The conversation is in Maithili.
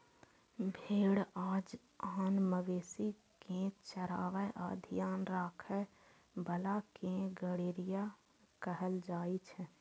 भेड़ आ आन मवेशी कें चराबै आ ध्यान राखै बला कें गड़ेरिया कहल जाइ छै